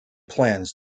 plans